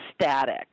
static